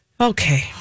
Okay